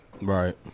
Right